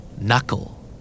Knuckle